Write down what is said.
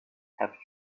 have